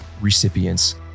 recipients